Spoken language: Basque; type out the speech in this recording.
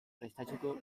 prestatzeko